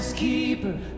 Keeper